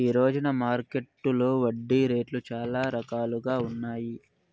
ఈ రోజున మార్కెట్టులో వడ్డీ రేట్లు చాలా రకాలుగా ఉన్నాయి